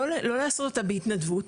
לא לעשות אותה בהתנדבות,